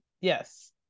yes